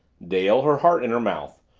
dale, her heart in her mouth,